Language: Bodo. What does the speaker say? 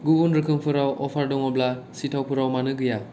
गुबुन रोखोमफोराव अफार दङब्ला सिथावफोराव मानो गैया